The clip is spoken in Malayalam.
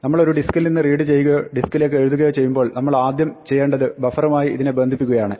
നമ്മൾ ഒരു ഡിസ്ക്കിൽ നിന്ന് റീഡ് ചെയ്യുകയോ ഡിസ്ക്കിലേക്ക് എഴുതുകയോ ചെയ്യുമ്പോൾ നമ്മൾ ആദ്യം ചെയ്യേണ്ടത് ബഫറുമായി ഇതിനെ ബന്ധിപ്പിക്കുകയാണ്